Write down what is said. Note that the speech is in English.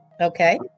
Okay